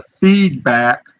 feedback